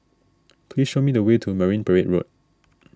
please show me the way to Marine Parade Road